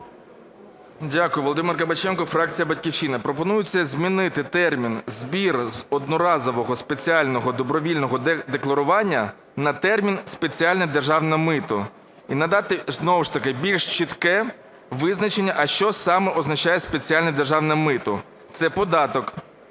Дякую. Володимир Кабаченко, фракція "Батьківщина". Пропонується змінити термін "збір з одноразового спеціального добровільного декларування" на термін "спеціальне державне мито". І надати знову ж таки більш чітке визначення, а що саме означає спеціальне державне мито. "Це податок,